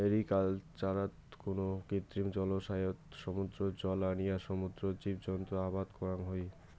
ম্যারিকালচারত কুনো কৃত্রিম জলাশয়ত সমুদ্রর জল আনিয়া সমুদ্রর জীবজন্তু আবাদ করাং হই